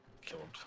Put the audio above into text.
killed